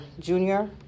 Junior